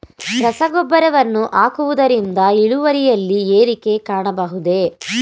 ರಸಗೊಬ್ಬರವನ್ನು ಹಾಕುವುದರಿಂದ ಇಳುವರಿಯಲ್ಲಿ ಏರಿಕೆ ಕಾಣಬಹುದೇ?